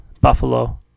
Buffalo